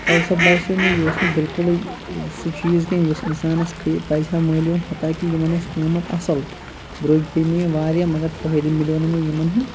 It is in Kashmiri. تَوسہَ باسیٚو مےٚ یہِ اوس نہٕ بِلکُلٕے سُہ چیٖز کینٛہہ یُس اِنسانَس پے پَزِ ہا مٔل ہیٚون حَتاکہِ یِمَن اوس قۭمت اصٕل درٛوگۍ پے مےٚ یِم واریاہ مَگَر فٲیِدٕ مِلیٚو نہٕ مےٚ یِمَن ہُنٛد